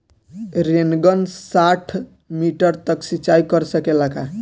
Rain gun साठ metre तक सिचाई कर सकेला का?